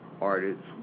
artists